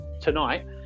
tonight